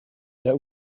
that